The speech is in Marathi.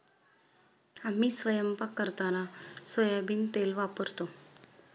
आम्ही स्वयंपाक करताना सोयाबीन तेल वापरतो